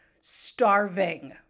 Starving